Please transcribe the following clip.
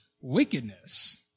wickedness